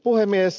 puhemies